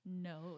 No